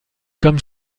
comme